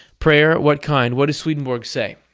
prayer? what kind? what does swedenborg say?